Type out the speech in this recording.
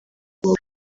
wowe